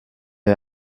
est